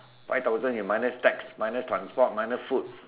five thousand you minus tax minus transport minus food